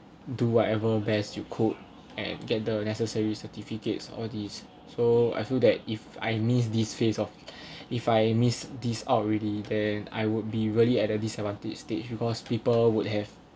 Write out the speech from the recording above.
do whatever best you could and get the necessary certificates all these so I feel that if I miss this phase of if I miss these out already then I would be really at a disadvantage stage because people would have